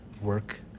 work